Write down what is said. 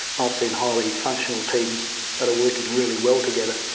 i've seen highly functional teams that are working really well together.